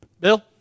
Bill